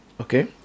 Okay